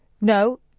No